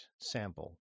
sample